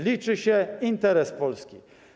Liczy się interes Polski.